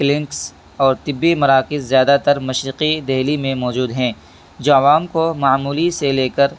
clinics اور طبعی مراکز زیادہ تر مشرقی دہلی میں موجود ہیں جو عوام کو معمولی سے لے کر